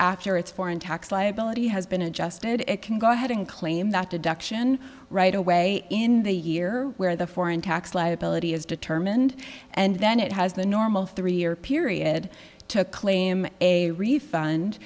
after its foreign tax liability has been adjusted it can go ahead and claim that deduction right away in the year where the foreign tax liability is determined and then it has the normal three year period to claim a refund